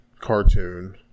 cartoon